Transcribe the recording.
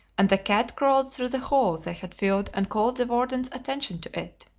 and the cat crawled through the hole they had filed and called the warden's attention to it.